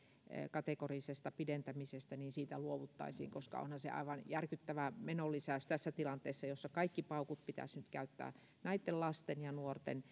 kategorisesta pidentämisestä luovuttaisiin koska onhan se aivan järkyttävä menolisäys tässä tilanteessa jossa kaikki paukut pitäisi nyt käyttää niiden lasten ja nuorten